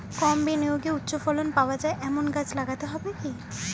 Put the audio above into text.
কম বিনিয়োগে উচ্চ ফলন পাওয়া যায় এমন গাছ লাগাতে হবে কি?